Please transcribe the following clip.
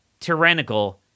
tyrannical